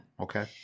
Okay